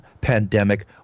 pandemic